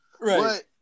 Right